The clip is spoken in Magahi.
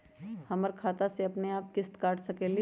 हमर खाता से अपनेआप किस्त काट सकेली?